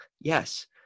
Yes